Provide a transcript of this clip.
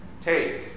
Take